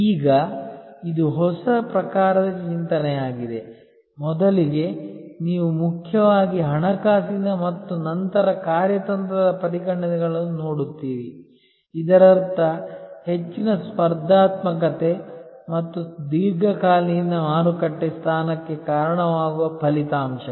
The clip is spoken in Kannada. ಈಗ ಇದು ಹೊಸ ಪ್ರಕಾರದ ಚಿಂತನೆಯಾಗಿದೆ ಮೊದಲಿಗೆ ನೀವು ಮುಖ್ಯವಾಗಿ ಹಣಕಾಸಿನ ಮತ್ತು ನಂತರ ಕಾರ್ಯತಂತ್ರದ ಪರಿಗಣನೆಗಳನ್ನು ನೋಡುತ್ತೀರಿ ಇದರರ್ಥ ಹೆಚ್ಚಿನ ಸ್ಪರ್ಧಾತ್ಮಕತೆ ಮತ್ತು ದೀರ್ಘಕಾಲೀನ ಮಾರುಕಟ್ಟೆ ಸ್ಥಾನಕ್ಕೆ ಕಾರಣವಾಗುವ ಫಲಿತಾಂಶಗಳು